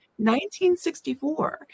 1964